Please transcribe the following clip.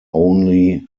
only